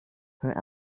her